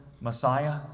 Messiah